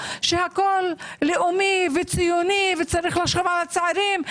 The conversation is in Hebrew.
שהכול לאומי וציוני וצריך לחשוב על הצעירים.